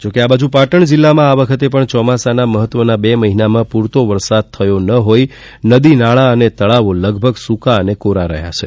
જોકે પાટણ જિલ્લામાં આ વખતે પણ ચોમાસાના મહત્વના બે મહિનામાં પૂરતો વરસાદ થયો ન હોઈ નદી નાળા અને તળાવો લગભગ સૂકા અને કોરા રહ્યા છે